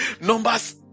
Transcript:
numbers